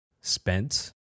spent